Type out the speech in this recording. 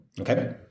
Okay